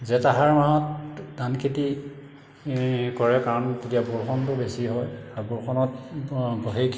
জেঠ আহাৰ মাহত ধান খেতি কৰে কাৰণ তেতিয়া বৰষুণটো বেছি হয় আৰু বৰষুণত হেৰি খেতিৰ কাৰণে